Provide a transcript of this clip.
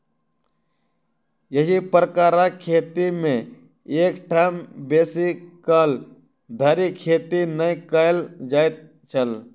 एही प्रकारक खेती मे एक ठाम बेसी काल धरि खेती नै कयल जाइत छल